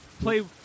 play